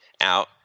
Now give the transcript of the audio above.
out